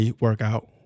workout